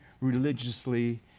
religiously